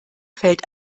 fällt